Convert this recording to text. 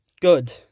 Good